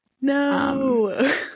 No